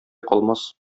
калмас